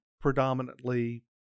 predominantly